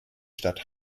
stadt